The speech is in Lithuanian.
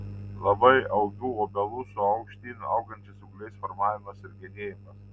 labai augių obelų su aukštyn augančiais ūgliais formavimas ir genėjimas